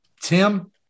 Tim